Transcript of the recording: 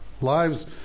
lives